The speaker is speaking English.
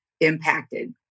impacted